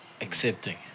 accepting